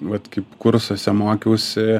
vat kaip kursuose mokiausi